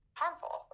harmful